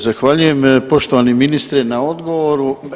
Zahvaljujem poštovani ministre na odgovoru.